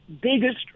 biggest